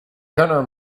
gunnar